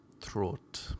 throat